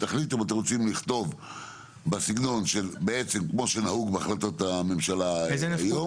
תחליטו אם אתם רוצים לכתוב בסגנון שבעצם כמו שנהוג בהחלטות הממשלה היום,